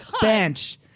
bench